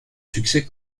succès